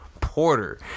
Porter